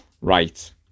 right